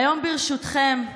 ברשותכם,